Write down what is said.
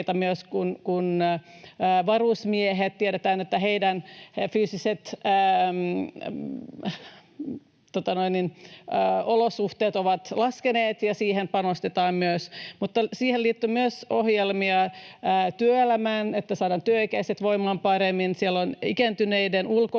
että varusmiesten fyysiset ominaisuudet ovat laskeneet, niin siihen panostetaan myös. Mutta siihen liittyy myös ohjelmia työelämään, että saadaan työikäiset voimaan paremmin. Siellä on ikääntyneiden